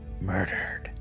Murdered